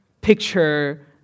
picture